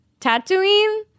Tatooine